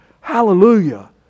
Hallelujah